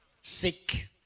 sick